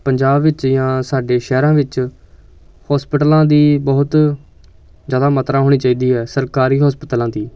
ਪੰਜਾਬ ਵਿੱਚ ਜਾਂ ਸਾਡੇ ਸ਼ਹਿਰਾਂ ਵਿੱਚ ਹੋਸਪਿਟਲਾਂ ਦੀ ਬਹੁਤ ਜ਼ਿਆਦਾ ਮਾਤਰਾ ਹੋਣੀ ਚਾਹੀਦੀ ਹੈ ਸਰਕਾਰੀ ਹਸਪਤਾਲਾਂ ਦੀ